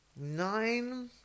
nine